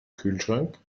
kühlschrank